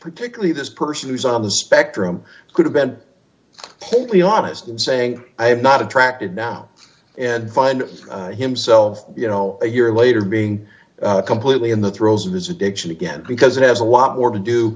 particularly this person who's on the spectrum could have been totally honest in saying i am not attracted now and find himself you know a year later being completely in the throes of his addiction again because it has a lot more to do